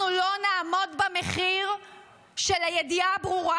אנחנו לא נעמוד במחיר של הידיעה הברורה